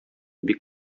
бик